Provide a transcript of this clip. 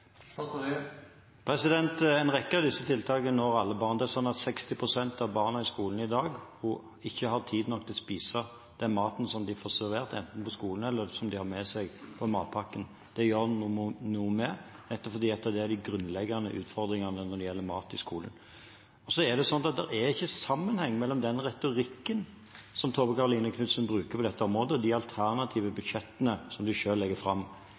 En rekke av disse tiltakene når alle barn. 60 pst. av barna i skolen i dag har ikke tid nok til å spise den maten de enten får servert på skolen eller har med seg i matpakken. Det gjør vi nå noe med, nettopp fordi det er de grunnleggende utfordringene når det gjelder mat i skolen. Det er ikke noen sammenheng mellom den retorikken Tove Karoline Knutsen bruker på dette området, og de alternative budsjettene som de selv legger fram.